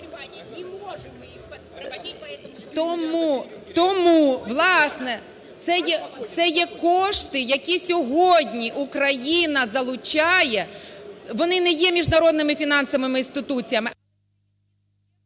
Тому, власне, це є кошти, які сьогодні Україна залучає, вони не є міжнародними фінансовими інституціями…